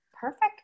Perfect